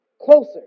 closer